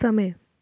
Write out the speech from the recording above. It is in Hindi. समय